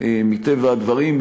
מטבע הדברים,